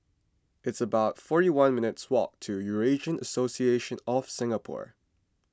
it's about forty one minutes' walk to Eurasian Association of Singapore